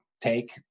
take